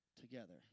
together